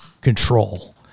control